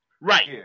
right